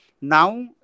now